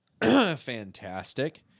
fantastic